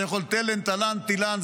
אני יכול תֶלֶ"ן, תָלָ"ן, תִלֵ"ן.